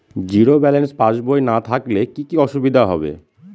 Zero balance passbook না থাকলে কি কী অসুবিধা হবে?